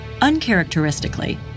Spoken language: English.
Uncharacteristically